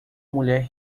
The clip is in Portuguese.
mulher